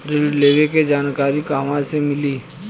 ऋण लेवे के जानकारी कहवा से मिली?